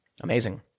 Amazing